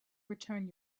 return